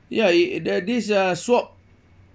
ya it the this uh swab